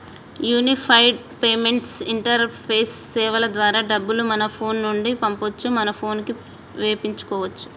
unified payments interface సేవల ద్వారా డబ్బులు మన ఫోను నుండి పంపొచ్చు మన పోనుకి వేపించుకోచ్చు